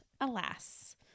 alas